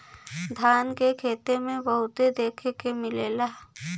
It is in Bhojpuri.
धान के खेते में बहुते देखे के मिलेला